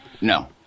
No